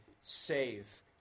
save